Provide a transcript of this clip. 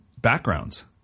backgrounds